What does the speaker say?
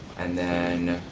and then